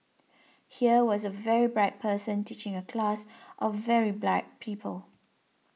here was a very bright person teaching a class of very bright people